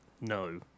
no